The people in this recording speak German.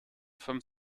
fünf